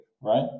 right